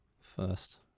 first